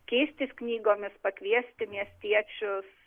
keistis knygomis pakviesti miestiečius